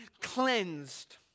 cleansed